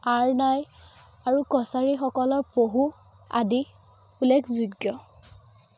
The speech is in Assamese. আৰনাই আৰু কছাৰীসকলৰ পহু আদি উল্লেখযোগ্য